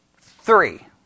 Three